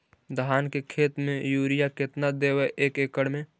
धान के खेत में युरिया केतना देबै एक एकड़ में?